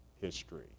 history